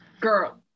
girl